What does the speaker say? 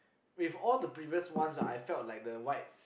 with all the previous ones ah I felt like the white